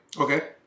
Okay